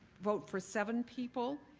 vote for seven people.